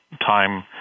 time